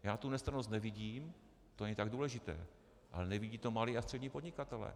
Já tu nestrannost nevidím, to není tak důležité, ale nevidí to malí a střední podnikatelé.